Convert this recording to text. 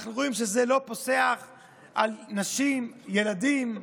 אנחנו רואים שזה לא פוסח על נשים, ילדים,